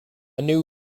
new